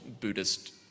Buddhist